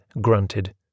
grunted